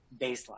baseline